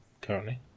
Currently